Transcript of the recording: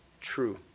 True